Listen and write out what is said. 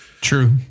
True